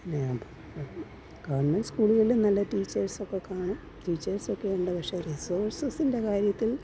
പിന്നെ ഗവൺമെൻ്റ് സ്കൂളുകളിൽ നല്ല ടീച്ചേഴ്സൊക്കെ കാണും ടീച്ചേഴ്സൊക്കെ ഉണ്ട് പക്ഷേ റിസോഴ്സ്സിൻ്റെ കാര്യത്തിൽ